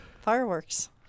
Fireworks